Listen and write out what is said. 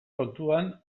kontuan